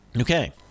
Okay